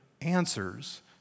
answers